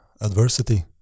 adversity